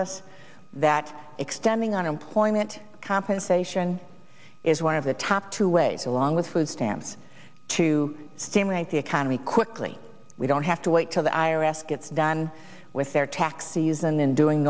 us that extending unemployment compensation is one of the top two ways along with food stamps to stimulate the economy quickly we don't have to wait till the i r s gets done with their taxes and